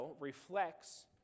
reflects